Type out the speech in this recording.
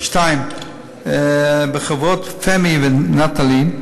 2. בחברות "פמי" ו"נטלי",